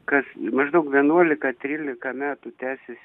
kas maždaug vienuolika trylika metų tęsiasi